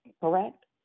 correct